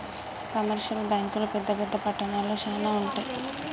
commercial బ్యాంకులు పెద్ద పెద్ద పట్టణాల్లో శానా ఉంటయ్